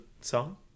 song